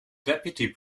deputy